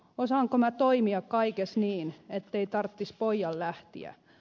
osaanko mä toimia kaikes niin ettei tarttis poijan lähtiä